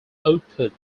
output